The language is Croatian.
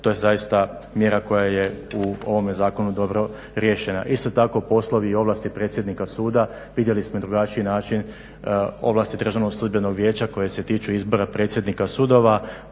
To je zaista mjera koja je u ovome zakonu dobro riješena. Isto tako, poslovi i ovlasti predsjednika suda. Vidjeli smo i drugačiji način ovlasti Državnog sudbenog vijeća koje se tiču izbora predsjednika sudova,